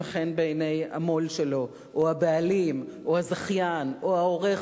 חן בעיני המו"ל שלו או הבעלים או הזכיין או העורך,